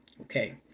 Okay